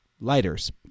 lighters